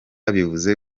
bivuze